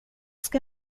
ska